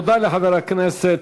תודה לחבר הכנסת